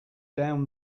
down